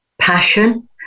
Passion